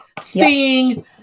seeing